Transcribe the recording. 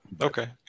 Okay